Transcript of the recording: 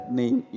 name